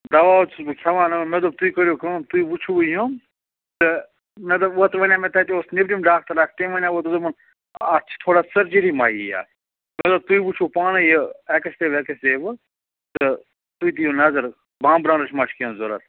دوا حظ چھُس بہٕ کھٮ۪وان مےٚ دوٚپ تُہۍ کٔرِو کٲم تُہۍ وُچھِو یِم تہٕ مےٚ دوٚپ اوترٕ وَنیٛاے مےٚ تَتہِ اوس نیٚبرِم ڈاکٹر اَکھ تٔمۍ وَنیٛاے اوترٕ دوٚپُن اَتھ چھِ تھوڑا سٔرجٕری ما یِیہِ اَتھ مےٚ دوٚپ تُہۍ وُچھِو پانٕے یہِ اٮ۪کٕسرٕے وٮ۪کٕسرٕے وۅنۍ تہٕ تُہۍ دِیِو نظر بامبرَنٕچ ما چھِ کیٚنٛہہ ضروٗرت